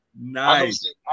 Nice